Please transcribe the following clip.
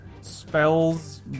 spells